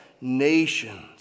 nations